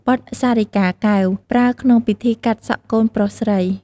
បទសារិកាកែវ ប្រើក្នុងពិធីកាត់សក់កូនប្រុសស្រី។